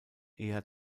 eher